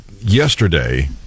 Yesterday